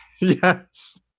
Yes